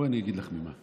בואי אני אגיד לך ממה.